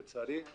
לצערי.